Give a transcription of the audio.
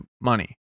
money